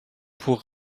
pour